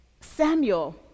Samuel